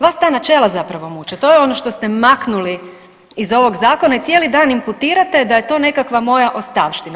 Vas ta načela zapravo muče, to je ono što ste maknuli iz ovog zakona i cijeli dan imputirate da je to nekakva moja ostavština.